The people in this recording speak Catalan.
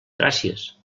gràcies